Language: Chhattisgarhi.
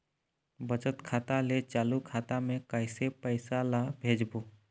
बचत खाता ले चालू खाता मे कैसे पैसा ला भेजबो?